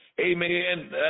amen